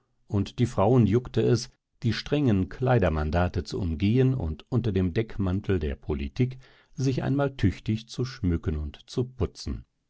und die frauen juckte es die strengen kleidermandate zu umgehen und unter dem deckmantel der politik sich einmal tüchtig zu schmücken und zu putzen